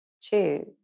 Choose